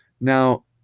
Now